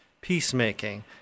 peacemaking